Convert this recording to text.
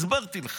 הסברתי.